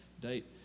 date